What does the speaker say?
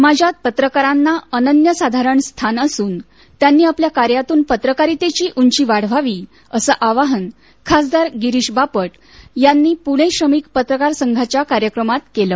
समाजात पत्रकारांना अनन्यसाधारण स्थान असुन त्यांनी आपल्या कार्यातुन पत्रकारितेची उंची वाढवावी असं आवाहन खासदार गिरीश बापट यांनी पुणे श्रमिक पत्रकार संघाच्या कार्यक्रमात केलं